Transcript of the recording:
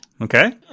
Okay